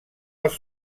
els